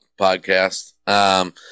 podcast